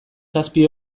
zazpi